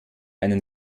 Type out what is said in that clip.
einen